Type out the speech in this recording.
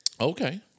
Okay